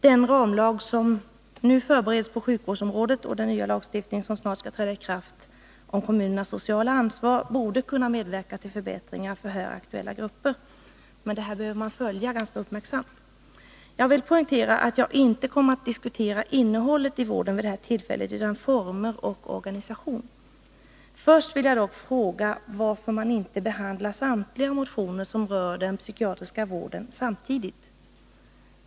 Den ramlag som nu förbereds på sjukvårdsområdet och den nya lagstiftning om kommunernas sociala ansvar som snart skall träda i kraft borde kunna medverka till förbättringar för här aktuella grupper. Detta behöver man följa med uppmärksamhet. Jag vill poängtera att jag inte kommer att diskutera innehållet i vården vid detta tillfälle utan former och organisation. Först vill jag dock fråga varför man inte behandlar alla motioner som rör den psykiatriska vården samtidigt.